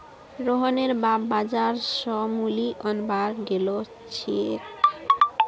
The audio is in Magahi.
रोहनेर बाप बाजार स मूली अनवार गेल छेक